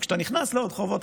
וכשאתה נכנס לעוד חובות,